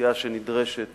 האוכלוסייה שנדרשת